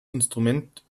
instrument